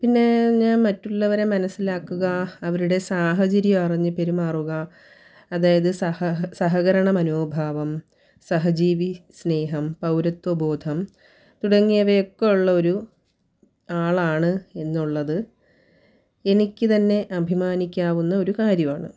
പിന്നെ ഞാൻ മറ്റുള്ളവരെ മനസ്സിലാക്കുക അവരുടെ സാഹചര്യം അറിഞ്ഞ് പെരുമാറുക അതായത് സഹ സഹകരണമനോഭാവം സഹജീവി സ്നേഹം പൗരത്വ ബോധം തുടങ്ങിയവയൊക്കെ ഉള്ള ഒരു ആളാണ് എന്നുള്ളത് എനിക്ക് തന്നെ അഭിമാനിക്കാവുന്ന ഒരു കാര്യമാണ്